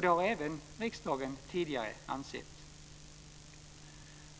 Det har även riksdagen tidigare ansett.